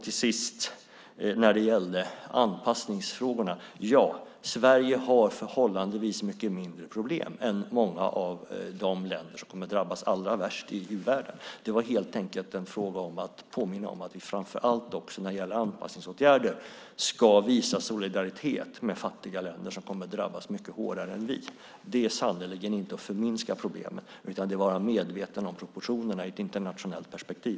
Allra sist när det gäller anpassningsfrågorna har Sverige förhållandevis mycket mindre problem än många av de länder som kommer att drabbas allra värst i u-världen. Det var helt enkelt fråga om att framför allt påminna om att vi också när det gäller anpassningsåtgärder ska visa solidaritet med fattiga länder som kommer att drabbas mycket hårdare än vi. Det är sannerligen inte att förminska problemen utan att vara medveten om proportionerna i ett internationellt perspektiv.